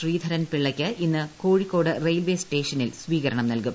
ശ്രീധരൻ പിള്ളയ്ക്ക് ഇന്ന് കോഴിക്കോട് റെയിൽവേ സ്റ്റേഷനിൽ സ്വീകരണം നൽകും